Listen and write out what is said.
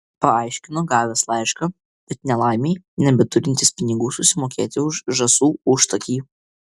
paaiškino gavęs laišką bet nelaimei nebeturintis pinigų susimokėti už žąsų užtakį